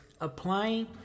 applying